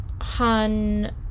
Han